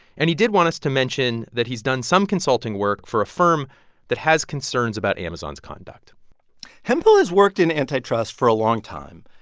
and he did want us to mention that he's done some consulting work for a firm that has concerns about amazon's conduct hemphill has worked in antitrust for a long time.